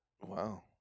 Wow